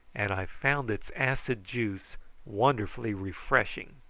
and i found its acid juice wonderfully refreshing.